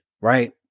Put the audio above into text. right